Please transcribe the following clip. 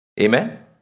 Amen